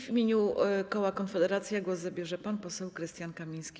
W imieniu koła Konfederacja głos zabierze pan poseł Krystian Kamiński.